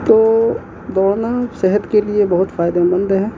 تو دوڑنا صحت کے لیے بہت فائدہ مند ہے